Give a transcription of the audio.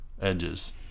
edges